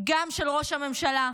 גם של ראש הממשלה,